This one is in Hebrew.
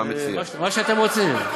מה שאתם רוצים.